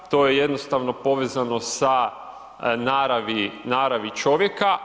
To je jednostavno povezano sa naravi čovjeka.